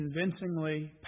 convincingly